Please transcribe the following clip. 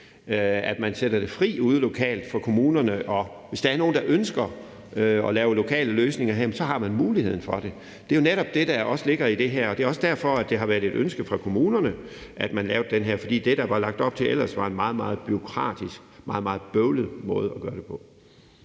at man sætter det fri ude lokalt for kommunerne. Og hvis der er nogen, der ønsker at lave lokale løsninger her, så har man muligheden for det. Det er jo netop det, der også ligger i det her, og det er også derfor, det har været et ønske fra kommunerne, at man lavede det her. For det, der ellers var lagt op til, var en meget, meget bureaukratisk og meget, meget bøvlet måde at gøre det på.